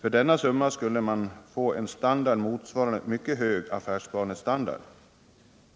För denna summa skulle man få en standard motsvarande en mycket hög affärsbanestandard.